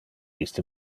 iste